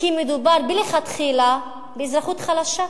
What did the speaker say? כי מדובר מלכתחילה באזרחות חלשה,